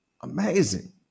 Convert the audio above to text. Amazing